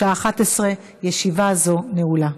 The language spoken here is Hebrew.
בשעה 11:00. ישיבה זו נעולה.